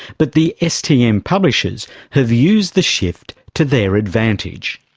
but the stm publishers have used the shift to their advantage.